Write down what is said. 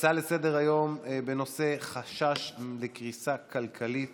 לסדר-היום בנושא: חשש לקריסה כלכלית